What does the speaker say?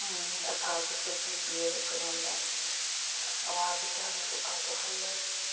ꯑꯐꯕꯁꯨ ꯄꯤꯕꯤꯌꯦ ꯑꯩꯈꯣꯏꯉꯣꯟꯗ ꯑꯋꯥꯕ ꯀꯌꯥꯕꯨꯁꯨ ꯀꯥꯎꯊꯣꯛꯍꯜꯂꯦ